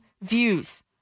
views